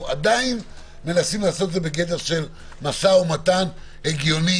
עדיין אנו מנסים לעשות את זה בגדר משא ומתן הגיוני